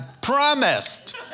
promised